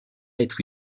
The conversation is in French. être